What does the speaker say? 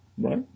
Right